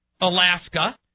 Alaska